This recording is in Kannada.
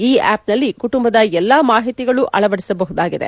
ಈ ಆ್ಯಪ್ನಲ್ಲಿ ಕುಟುಂಬದ ಎಲ್ಲ ಮಾಹಿತಿಗಳು ಅಳವಡಿಸಬಹುದಾಗಿದೆ